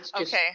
Okay